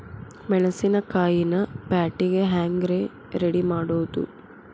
ಮೆಣಸಿನಕಾಯಿನ ಪ್ಯಾಟಿಗೆ ಹ್ಯಾಂಗ್ ರೇ ರೆಡಿಮಾಡೋದು?